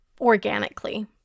organically